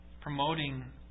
promoting